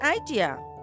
idea